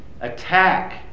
attack